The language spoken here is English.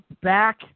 Back